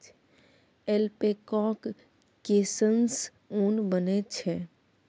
ऐल्पैकाक केससँ ऊन बनैत छै